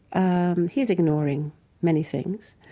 and he's ignoring many things,